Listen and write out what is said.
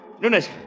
Nunes